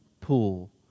pool